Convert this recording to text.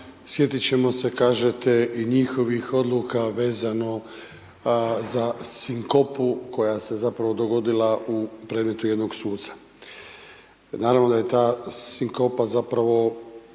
sjetiti ćemo se, kažete, i njihovih odluka vezano za sinkopu, koja se je zapravo dogodila u predmetu jednog suca. Naravno da je ta sinkopa zapravo